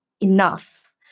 enough